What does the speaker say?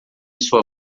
sua